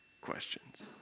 questions